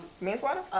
Manslaughter